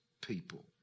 people